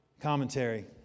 commentary